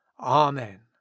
Amen